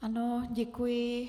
Ano, děkuji.